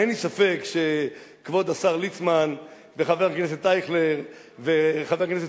אין לי ספק שכבוד השר ליצמן וחבר הכנסת אייכלר וחבר הכנסת